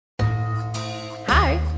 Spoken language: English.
Hi